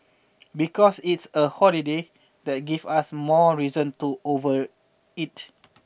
because it's a holiday that gives us more reason to overeat